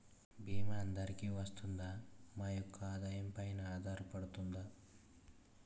భీమా అందరికీ వరిస్తుందా? మా యెక్క ఆదాయం పెన ఆధారపడుతుందా?